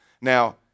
Now